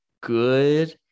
good